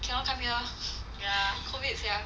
谁要看 ya so weird sia